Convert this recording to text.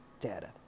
data